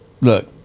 look